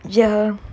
ya